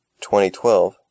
2012